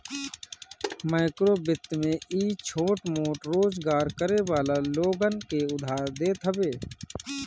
माइक्रोवित्त में इ छोट मोट रोजगार करे वाला लोगन के उधार देत हवे